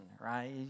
right